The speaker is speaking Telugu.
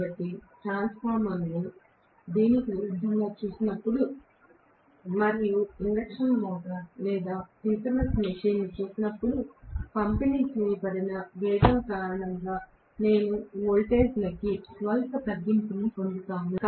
కాబట్టి నేను ట్రాన్స్ఫార్మర్ను దీనికి విరుద్ధంగా చూసినప్పుడు మరియు ఇండక్షన్ మోటారు లేదా సింక్రోనస్ మెషీన్ను చూసినప్పుడు పంపిణీ చేయబడిన వైండింగ్ కారణంగా నేను వోల్టేజ్లోకి స్వల్ప తగ్గింపు ను పొందుతాను